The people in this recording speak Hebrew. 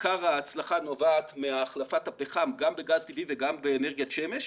עיקר ההצלחה נובעת מהחלפת הפחם גם בגז טבעי וגם באנרגיית שמש,